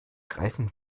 greifen